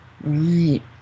Right